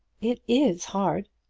it is hard.